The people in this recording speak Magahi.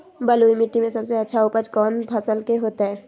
बलुई मिट्टी में सबसे अच्छा उपज कौन फसल के होतय?